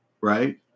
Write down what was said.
Right